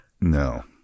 No